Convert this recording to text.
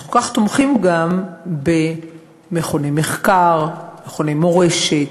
אנחנו תומכים גם במכוני מחקר, במכוני מורשת,